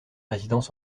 résidence